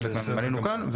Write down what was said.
חלק מנינו כאן,